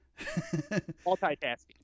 multitasking